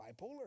bipolar